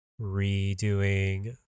redoing